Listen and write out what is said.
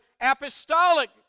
apostolic